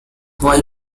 why